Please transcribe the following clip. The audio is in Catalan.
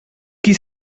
qui